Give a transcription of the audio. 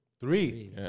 Three